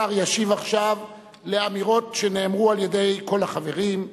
השר ישיב עכשיו לאמירות שנאמרו על-ידי כל החברים.